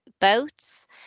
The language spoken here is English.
boats